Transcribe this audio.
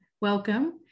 Welcome